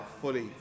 fully